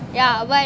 yeah but